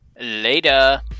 later